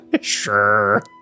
sure